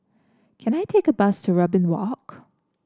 can I take a bus to Robin Walk